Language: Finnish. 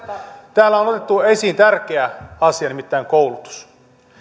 täällä on otettu esiin tärkeä asia nimittäin koulutus